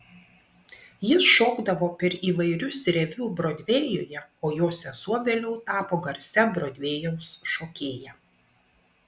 jis šokdavo per įvairius reviu brodvėjuje o jo sesuo vėliau tapo garsia brodvėjaus šokėja